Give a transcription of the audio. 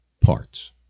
parts